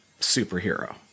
superhero